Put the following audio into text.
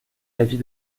l’avis